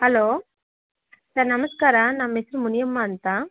hello sir ನಮಸ್ಕಾರ ನಮ್ಮ ಹೆಸ್ರು ಮುನಿಯಮ್ಮಅಂತ